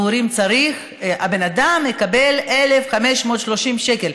ואומרים: הבן אדם מקבל 1,530 שקלים.